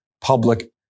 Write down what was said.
public